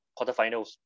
quarterfinals